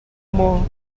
maw